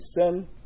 sin